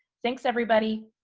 thanks, everybody.